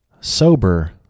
sober